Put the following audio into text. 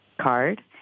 card